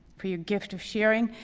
for your gift of sharing,